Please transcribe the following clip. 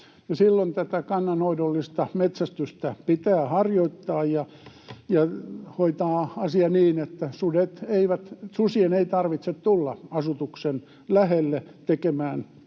Silloin tätä kannanhoidollista metsästystä pitää harjoittaa ja hoitaa asia niin, että susien ei tarvitse tulla asutuksen lähelle tekemään tuhojaan.